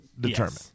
determined